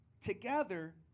together